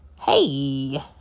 Hey